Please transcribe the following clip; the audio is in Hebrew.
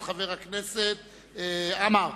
את חבר הכנסת עמאר.